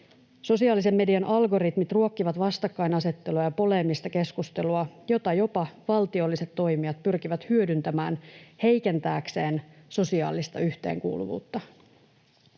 Sosiaalisen median algoritmit ruokkivat vastakkainasettelua ja poleemista keskustelua, jota jopa valtiolliset toimijat pyrkivät hyödyntämään heikentääkseen sosiaalista yhteenkuuluvuutta.